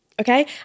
Okay